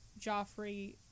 Joffrey